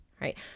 right